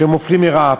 שמופלית לרעה.